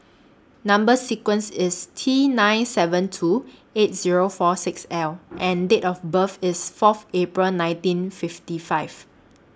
Number sequence IS T nine seven two eight Zero four six L and Date of birth IS Fourth April nineteen fifty five